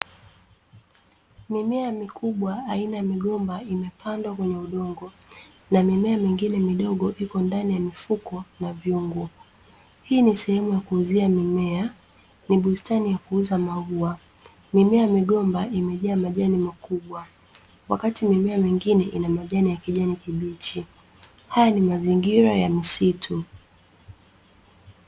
Mimea mikubwa aina ya migomba imepandwa kwenye udongo na mimea mingine midogo iko ndani ya mifuko na vyungu. Hii ni sehemu ya kuuzia mimea, ni bustani ya kuuza maua. Mimea ya migomba imejaa majani makubwa, wakati mimea mingine ina majani ya kijani kibichi. Haya ni mazingira ya misitu.